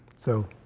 so